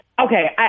Okay